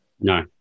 No